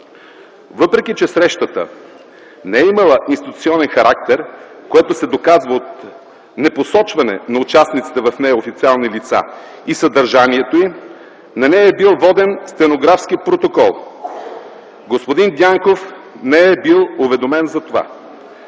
Въпреки, че срещата не е имала институционален характер, което се доказва от непосочване на участващите в нея официални лица и съдържанието й, на нея е бил воден стенографски протокол. Господин Дянков не е бил уведомен за това.